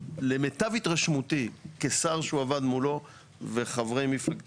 למיטב התרשמותי כשר שהוא עבד מולו וחברי מפלגתי